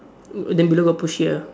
then below got push here